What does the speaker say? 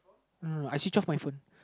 uh I switch off my phone